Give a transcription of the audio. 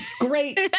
great